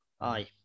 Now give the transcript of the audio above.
aye